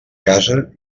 casa